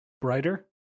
brighter